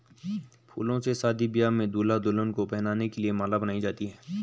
फूलों से शादी ब्याह में दूल्हा दुल्हन को पहनाने के लिए माला बनाई जाती है